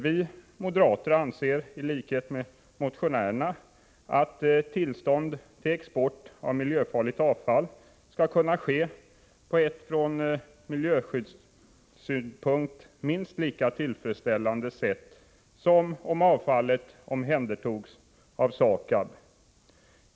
Vi moderater anser i likhet med motionärerna att tillstånd till export av miljöfarligt avfall skall kunna ske på ett från miljöskyddssynpunkt minst lika tillfredsställande sätt som om avfallet omhändertogs av SAKAB.